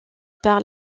par